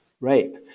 rape